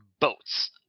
boats